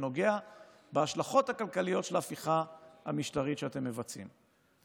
שנוגע להשלכות הכלכליות של ההפיכה המשטרית שאתם מבצעים.